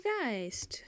guys